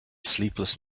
sleepless